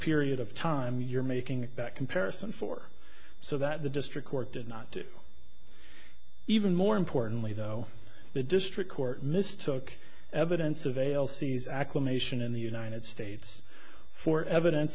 period of time you're making that comparison for so that the district court did not do even more importantly though the district court mistook evidence of ale sees acclimation in the united states for evidence